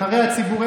נבחרי הציבור,